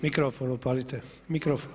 Mikrofon upalite.